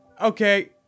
okay